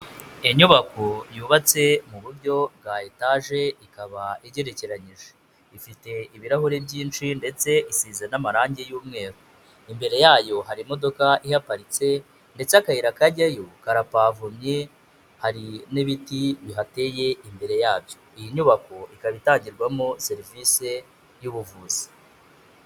Inyubako yubatse mu buryo bwa etaje, ikaba igerekeranyije, ifite ibirahure byinshi ndetse isize n'amarangi y'umweru, imbere yayo hari imodoka iparitse ndetse akayira kajyayo karapavomye, hari n'ibiti bihateye imbere yabyo, iyi nyubako ikaba itangirwamo serivise y'ubuvuzi.